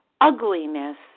ugliness